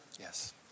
Yes